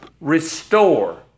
restore